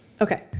Okay